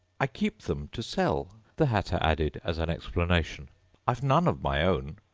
i keep them to sell the hatter added as an explanation i've none of my own.